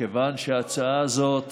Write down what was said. ומכיוון שההצעה הזאת